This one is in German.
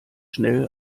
schnell